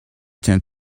tent